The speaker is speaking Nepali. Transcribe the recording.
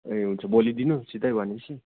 ए हुन्छ भोलि दिनु सिधै भनेपछि